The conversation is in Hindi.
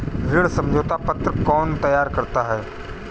ऋण समझौता पत्र कौन तैयार करता है?